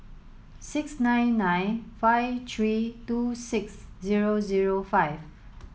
six nine nine five three two six zero zero five